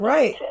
Right